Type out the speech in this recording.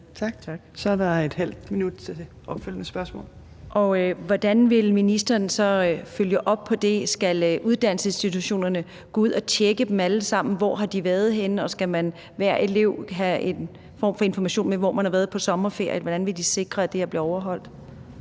Tak! Så er der ½ minut til det opfølgende spørgsmål. Kl. 15:23 Katarina Ammitzbøll (KF): Hvordan vil ministeren så følge op på det? Skal uddannelsesinstitutionerne gå ud og tjekke dem alle sammen, og hvor de har været henne, og skal hver elev have en form for information med om, hvor man har været på sommerferie? Hvordan vil de sikre, at det her bliver overholdt?